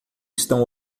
estão